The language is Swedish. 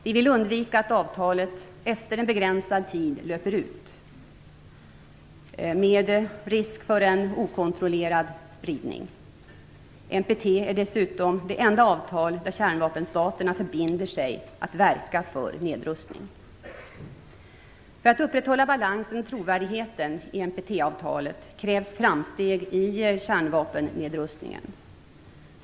Vi vill undvika att avtalet, efter en begränsad tid, löper ut, med risk för en okontrollerad spridning. NPT är dessutom det enda avtal där kärnvapenstaterna förbinder sig att verka för nedrustning. För att upprätthålla balansen och trovärdigheten i NPT-avtalet krävs framsteg i kärnvapennedrustningen.